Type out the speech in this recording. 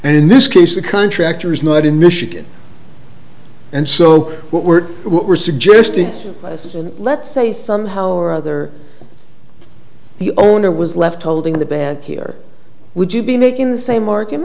and in this case the contractor is not in michigan and so what we're what we're suggesting and let's say somehow or other the owner was left holding the bag here would you be making the same ar